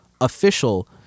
official